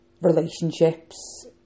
Relationships